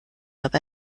aber